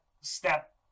Step